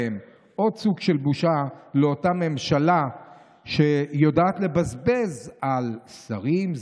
עוד סוג של בושה לאותה ממשלה שיודעת לבזבז על שרים,